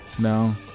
No